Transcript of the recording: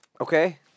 Okay